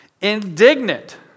Indignant